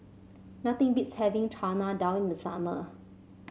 nothing beats having Chana Dal in the summer